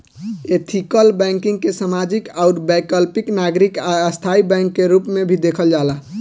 ethical banking के सामाजिक आउर वैकल्पिक नागरिक आ स्थाई बैंक के रूप में भी देखल जाला